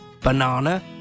banana